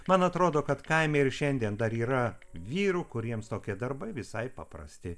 man atrodo kad kaime ir šiandien dar yra vyrų kuriems tokie darbai visai paprasti